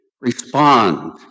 respond